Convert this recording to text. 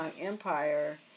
Empire